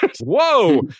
Whoa